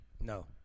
No